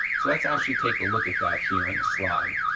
so let's actually take a look at that here on the slide.